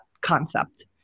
concept